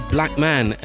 Blackman